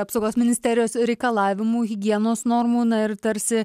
apsaugos ministerijos reikalavimų higienos normų na ir tarsi